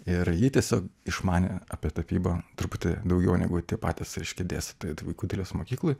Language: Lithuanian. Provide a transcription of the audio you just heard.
ir ji tiesiog išmanė apie tapybą truputį daugiau negu tie patys reiškia dėstytojai vaikų dailės mokykloj